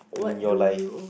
in your life